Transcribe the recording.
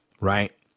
right